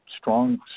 strong